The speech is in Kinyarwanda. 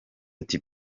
ati